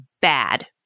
bad